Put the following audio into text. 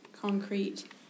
concrete